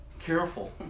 Careful